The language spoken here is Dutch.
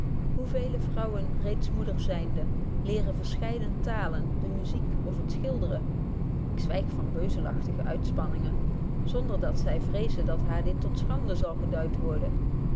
vele vrouwen reeds moeders zynde leren verscheiden talen de muziek of het schilderen k zwyg van beuzelachtige uitspanningen zonder dat zy vreezen dat haar dit tot schande zal geduidt worden